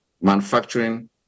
manufacturing